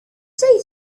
say